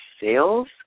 sales